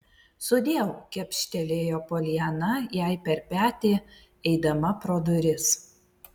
sudieu kepštelėjo poliana jai per petį eidama pro duris